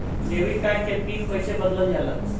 Debit card के PIN कईसे बदलल जाला?